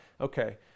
okay